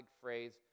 phrase